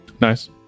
nice